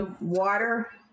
water